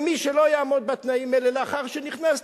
ומי שלא יעמוד בתנאים האלה לאחר שנכנס,